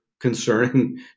concerning